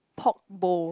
pork bowl